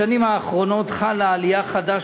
בשנים האחרונות חלה עלייה חדה,